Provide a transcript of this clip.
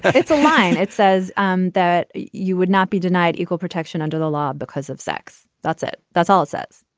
it's a line. it says um that you would not be denied equal protection under the law because of sex that's it. that's all set.